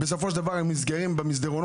אבל צריך לדחוף את זה לא ברגע האחרון,